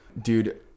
Dude